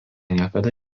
niekada